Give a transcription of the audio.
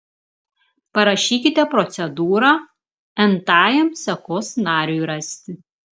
parašykite procedūrą n tajam sekos nariui rasti